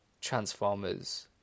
Transformers